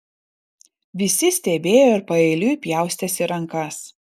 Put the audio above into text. visi stebėjo ir paeiliui pjaustėsi rankas